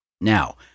Now